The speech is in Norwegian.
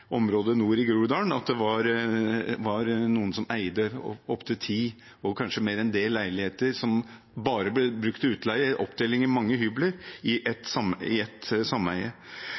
nord i Groruddalen at det var noen som eide opptil ti leiligheter, og kanskje mer enn det, som bare ble brukt til utleie ved oppdeling i mange hybler i ett sameie. Så det er også gjort en viktig innstramning i